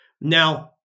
Now